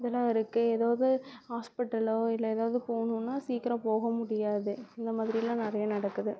இதலாம் இருக்கே எதாவது ஹாஸ்பிட்டலோ இல்லை எதாவது போகணுன்னா சீக்கிரம் போக முடியாது இந்த மாதிரியெல்லாம் நிறையா நடக்குது